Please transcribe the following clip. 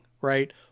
right